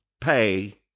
pay